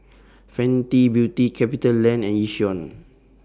Fenty Beauty CapitaLand and Yishion